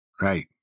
Right